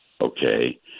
Okay